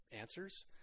answers